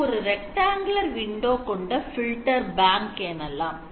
இது ஓர் rectangular window கொண்ட filter bank எனலாம்